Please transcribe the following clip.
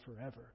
forever